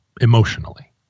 emotionally